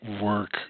work